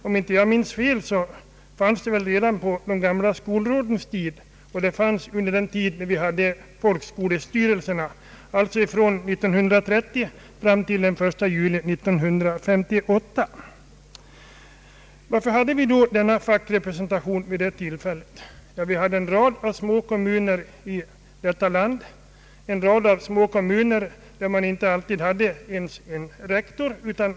Om jag inte minns fel fanns den redan under de gamla skolrådens tid och under den tid då vi hade folkskolestyrelserna, alltså från 1930 fram till den 1 juli 1958. Varför hade vi då denna fackrepresentation? Vi hade en rad små kommuner i landet, små kommuner som kanske inte hade ens överlärare.